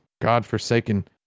godforsaken